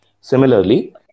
Similarly